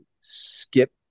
skip